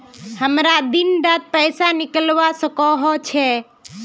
हमरा दिन डात पैसा निकलवा सकोही छै?